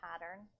pattern